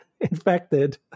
infected